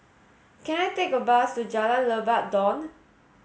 can I take a bus to Jalan Lebat Daun